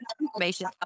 information